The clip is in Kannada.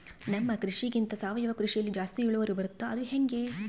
ನಮ್ಮ ಕೃಷಿಗಿಂತ ಸಾವಯವ ಕೃಷಿಯಲ್ಲಿ ಜಾಸ್ತಿ ಇಳುವರಿ ಬರುತ್ತಾ ಅದು ಹೆಂಗೆ?